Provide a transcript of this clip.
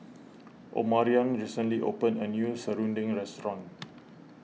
Omarion recently opened a new Serunding restaurant